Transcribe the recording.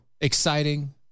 Exciting